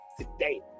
today